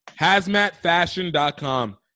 Hazmatfashion.com